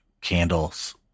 candles